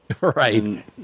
Right